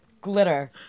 glitter